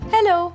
Hello